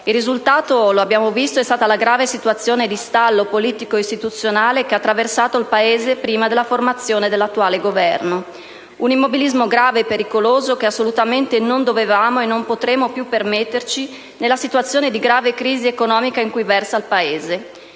Il risultato - lo abbiamo visto - è stata la grave situazione di stallo politico-istituzionale che ha attraversato il Paese prima della formazione dell'attuale Governo. Un immobilismo grave e pericoloso che assolutamente non dovevamo e non potremo più permetterci nella situazione di grave crisi economica in cui versa il Paese.